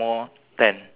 last half last seat half price but you have lady there right uh on the table